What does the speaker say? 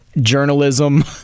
journalism